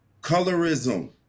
colorism